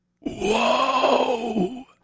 Whoa